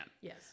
yes